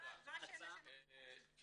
אני